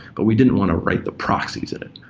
but we didn't want to write the proxies in it.